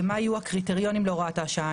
ומה יהיו הקריטריונים להוראת השעה,